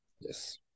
Yes